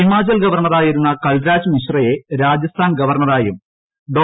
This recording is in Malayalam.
ഹിമാചൽ ഗവർണറായിരുന്ന കൽരാജ് മിശ്രയെ രാജസ്ഥാൻ ഗവർണറ്റായുള്ട് ഡോ